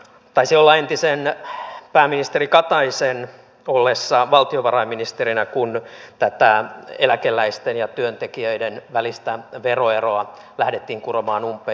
taisi olla entisen pääministeri kataisen ollessa valtiovarainministerinä kun tätä eläkeläisten ja työntekijöiden välistä veroeroa lähdettiin kuromaan umpeen